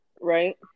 right